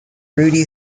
rudy